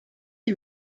qui